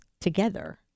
together